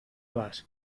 vas